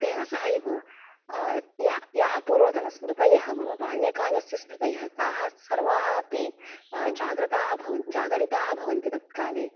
तेन सहैव याः याः पूर्वतनस्मृतयः मम बाल्यकालस्य स्मृतयः ताः सर्वाः अपि जागृताः भवन् जागरिताः भवन्ति तत्काले